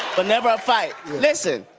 but never a fight. listen,